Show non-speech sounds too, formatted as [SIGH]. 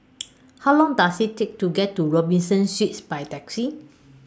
[NOISE] How Long Does IT Take to get to Robinson Suites By Taxi